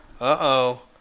Uh-oh